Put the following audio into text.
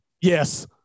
Yes